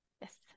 Yes